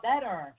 better